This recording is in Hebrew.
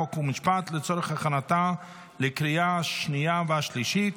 חוק ומשפט לצורך הכנתה לקריאה השנייה והשלישית.